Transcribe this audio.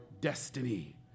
destiny